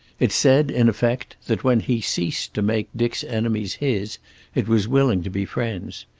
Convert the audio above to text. it said, in effect, that when he ceased to make dick's enemies his it was willing to be friends.